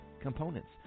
components